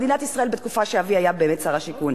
מדינת ישראל בתקופה שאבי היה באמת שר השיכון,